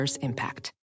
impact